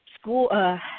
school